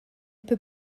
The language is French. peut